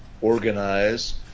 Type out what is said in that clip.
organize